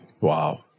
Wow